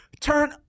Turn